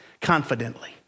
confidently